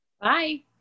Bye